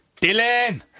Dylan